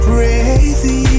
Crazy